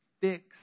fix